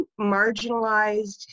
marginalized